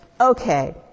Okay